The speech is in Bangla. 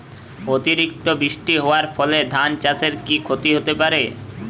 অতিরিক্ত বৃষ্টি হওয়ার ফলে ধান চাষে কি ক্ষতি হতে পারে?